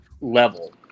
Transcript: level